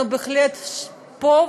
אנחנו בהחלט פה,